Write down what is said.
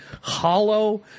hollow